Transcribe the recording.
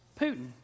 Putin